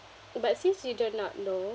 but since you do not know